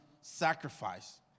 sacrifice